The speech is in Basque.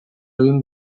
egin